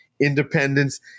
independence